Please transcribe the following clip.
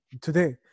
today